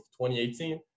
2018